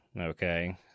Okay